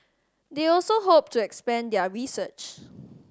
they also hope to expand their research